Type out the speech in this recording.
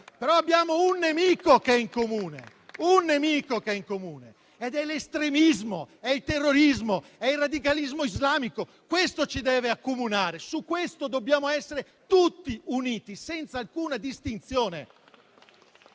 Però abbiamo anche un nemico in comune: l'estremismo, il terrorismo, il radicalismo islamico. Questo ci deve accomunare, su questo dobbiamo essere tutti uniti, senza alcuna distinzione.